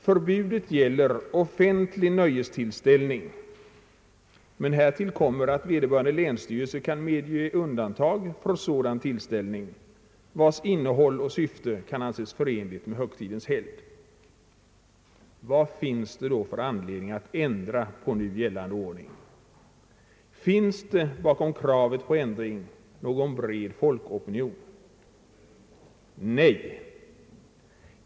Förbudet gäller offentlig nöjestillställning, men härtill kommer att vederbörande länsstyrelse kan medge undantag för sådan tillställning vars innehåll och syfte kan anses förenligt med högtidens helgd. Vad finns det då för anledning att ändra på nu gällande ordning? Finns det bakom kravet på ändring någon bred folkopinion? Nej.